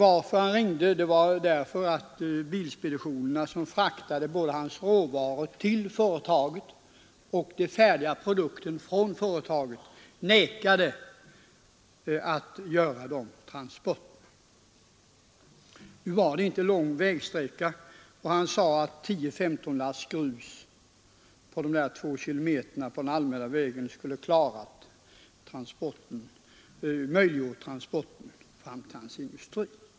Att han ringde berodde på att bilspeditionerna som fraktade råvarorna till företaget och de färdiga produkterna från företaget vägrade att utföra dessa transporter. Det var inte någon lång sträcka, och företagaren sade att 10—15 lass grus på de två kilometer av den allmänna vägen som det gällde skulle ha möjliggjort transporterna till och från hans industri.